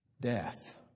Death